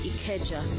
Ikeja